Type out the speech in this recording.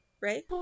right